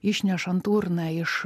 išnešant urną iš